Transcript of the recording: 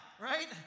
right